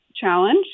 challenge